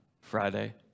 Friday